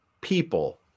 people